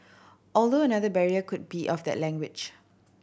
although another barrier could be of that language